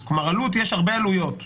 כלומר יש הרבה עלויות.